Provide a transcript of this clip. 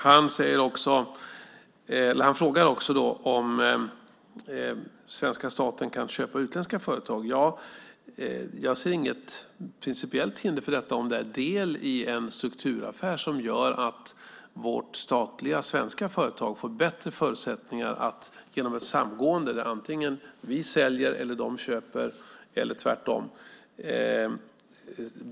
Han frågar också om svenska staten kan köpa utländska företag. Jag ser inget principiellt hinder för detta om det är en del i en strukturaffär som gör att vårt statliga svenska företag får bättre förutsättningar genom ett samgående där antingen vi säljer och de köper eller tvärtom.